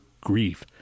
grief